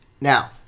Now